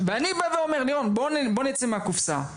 אני אומר, לירון, בוא נצא מהקופסה.